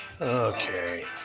Okay